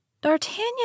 D'Artagnan